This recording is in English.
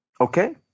Okay